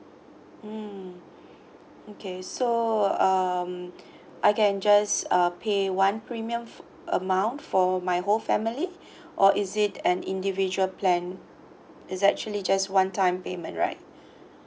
mm okay so um I can just uh pay one premium amount for my whole family or is it an individual plan is actually just one time payment right